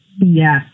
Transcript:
Yes